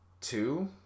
two